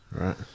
Right